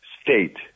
state